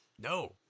No